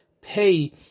pay